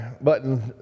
Button